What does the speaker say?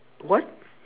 what